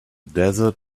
desert